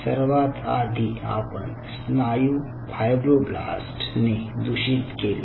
सर्वात आधी आपण स्नायू फायब्रोब्लास्ट्स ने दूषित केले